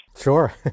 Sure